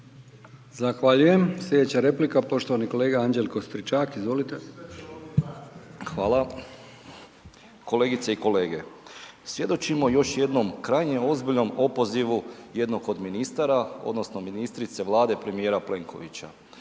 Zahvaljujem. Slijedeća replika poštovani kolega Anđelko Stričak, izvolite. **Stričak, Anđelko (HDZ)** Hvala. Kolegice i kolege, svjedočimo još jednom krajnje ozbiljnom opozivu jednog od ministara odnosno ministrice Vlade premijera Plenkovića.